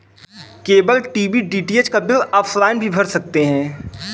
cable TV DTH का bill offline भी भर सकते हैं